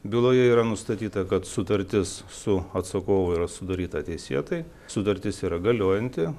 byloje yra nustatyta kad sutartis su atsakovu yra sudaryta teisėtai sutartis yra galiojanti